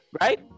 right